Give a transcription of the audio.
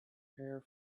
hair